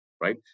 right